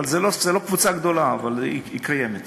זו לא קבוצה גדולה, אבל היא קיימת.